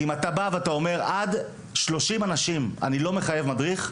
כי אם אתה אומר: עד שלושים אנשים אני לא מחייב מדריך,